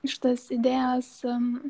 šitas idėjas